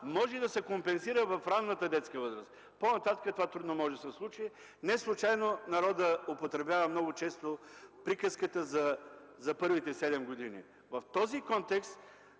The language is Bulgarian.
може да се компенсира в ранната детска възраст, а по-нататък трудно може да се случи. Неслучайно народът употребява често приказката за първите седем години. В този контекст